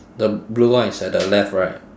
the blue one is at the left right